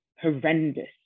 horrendous